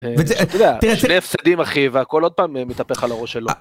‫שני הפסדים, אחי, והכל עוד פעם ‫מתהפך על הראש שלו.